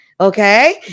Okay